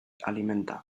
alimenta